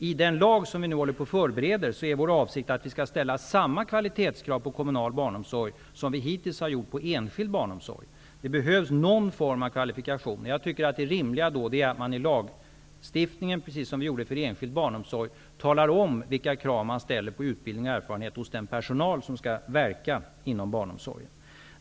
I den lag som vi nu håller på att förbereda är det vår avsikt att ställa samma kvalitetskrav på kommunal barnomsorg som vi hittills har ställt på enskild barnomsorg. Det behövs någon form av kvalifikation. Jag tycker att det rimliga är att man i lagstiftningen, precis som vi gjorde i fråga om enskild barnomsorg, talar om vilka krav som ställs på utbildning och erfarenhet hos den personal som skall verka inom barnomsorgen.